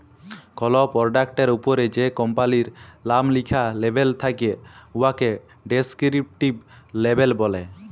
call পরডাক্টের উপরে যে কম্পালির লাম লিখ্যা লেবেল থ্যাকে উয়াকে ডেসকিরিপটিভ লেবেল ব্যলে